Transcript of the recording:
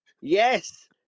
yes